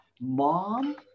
Mom